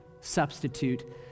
substitute